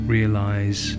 Realize